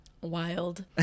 wild